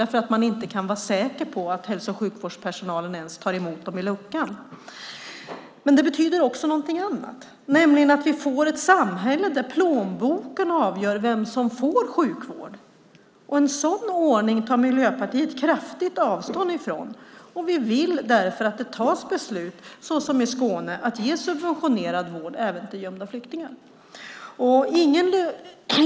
De kan inte vara säkra på att hälso och sjukvårdspersonalen ens tar emot dem i luckan. Men det betyder också någonting annat. Vi får ett samhälle där plånboken avgör vem som får sjukvård. En sådan ordning tar Miljöpartiet kraftigt avstånd från. Vi vill därför att det fattas beslut som i Skåne att ge subventionerad vård även till gömda flyktingar.